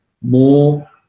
more